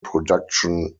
production